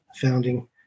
founding